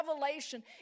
revelation